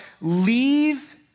leave